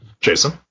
Jason